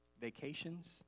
vacations